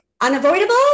unavoidable